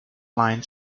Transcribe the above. line